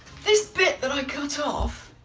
this bit that i cut off